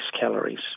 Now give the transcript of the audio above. calories